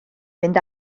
mynd